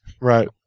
Right